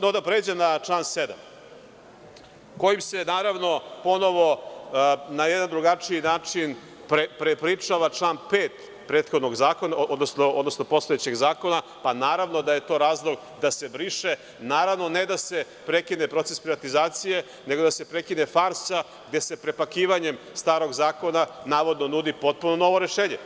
No da pređem na član 7, kojim se naravno ponovo na jedan drugačiji način prepričava član 5. prethodnog zakona, odnosno postojećeg zakona, pa naravno da je to razlog da se briše, naravno ne da se prekine proces privatizacije, nego da se prekine farsa gde se prepakivanjem starog zakona navodno nudi potpuno novo rešenje.